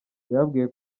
yababwiye